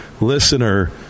listener